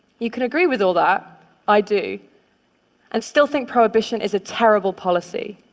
you can agree with all that i do and still think prohibition is a terrible policy.